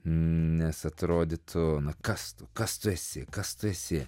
nes atrodytų kas tu kas tu esi kas tu esi